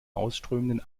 ausströmenden